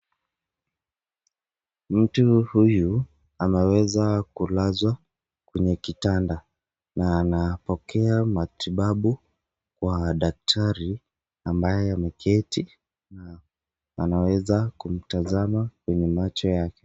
Mtu huyu ameweza kulazwa kwenye kitanda na anapokea matibabu wa madaktari ambaye ameketi na anaweza kumtazama kwenye macho yake.